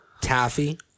Taffy